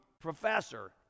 professor